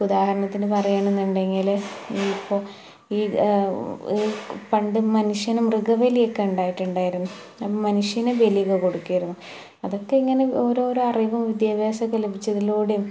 ഇപ്പോൾ ഉദാഹരണത്തിന് പറയുവാണെന്നുണ്ടെങ്കിൽ ഈ ഇപ്പം ഈ പണ്ട് മനുഷ്യന് മൃഗ ബലിയൊക്കെ ഉണ്ടായിട്ടുണ്ടായിരുന്നു അപ്പോൾ മനുഷ്യനെ ബാലിയൊക്കെ കൊടുക്കുമായിരുന്നു അതൊക്കെ ഇങ്ങനെ ഓരോ അറിവും വിദ്യാഭ്യാസവുമൊക്കെ ലഭിച്ചതിലൂടെയും